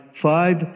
five